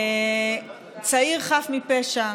צעיר חף מפשע,